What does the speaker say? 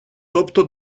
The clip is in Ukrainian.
тобто